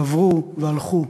גברו והלכו.